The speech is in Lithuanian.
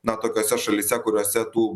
na tokiose šalyse kuriose tų